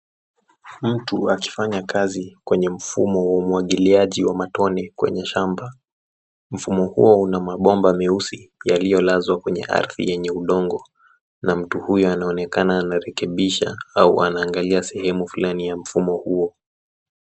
Mtu akifanya kazi kwenye mfumo wa umwagiliaji wa matone kwenye shamba. Mfumo huo una mabomba meusi yaliyolazwa kwenye ardhi yenye udongo na mtu huyo anaonekana anarekebisha au anaangalia sehemu fulani ya mfumo huo.